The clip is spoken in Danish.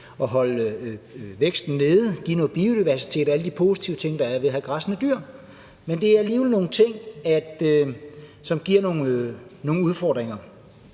kan holde væksten nede og give noget biodiversitet – alle de positive ting, der er ved at have græssende dyr. Men det er alligevel nogle ting, som giver nogle udfordringer.